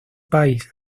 país